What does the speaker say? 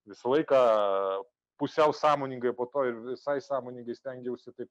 visą laiką pusiau sąmoningai po to ir visai sąmoningai stengiausi taip